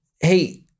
hey